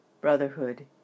brotherhood